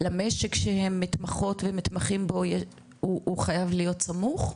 למשק שהם מתמחות ומתמחים בו, הוא חייב להיות סמוך?